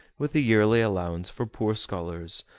with a yearly allowance for poor scholars,